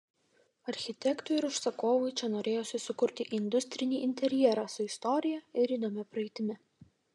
architektui ir užsakovui čia norėjosi sukurti industrinį interjerą su istorija ir įdomia praeitimi